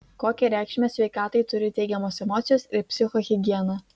kokią reikšmę sveikatai turi teigiamos emocijos ir psichohigiena